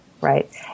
right